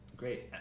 Great